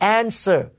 answer